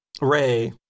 Ray